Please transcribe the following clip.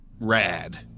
rad